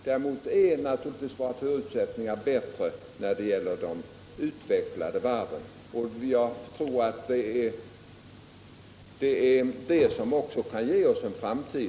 Däremot är naturligtvis våra förutsättningar bättre vad beträffar de utvecklade fartygen, och jag tror att det är det som kan ge vår varvsnäring en framtid.